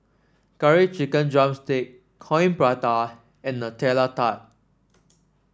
Curry Chicken drumstick Coin Prata and Nutella Tart